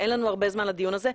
אין לנו הרבה זמן לדיון הזה.